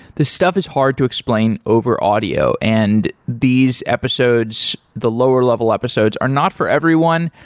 the stuff is hard to explain over audio. and these episodes, the lower-level episodes are not for everyone.